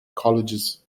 colleges